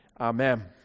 Amen